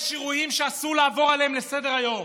יש אירועים שאסור לעבור עליהם לסדר-היום.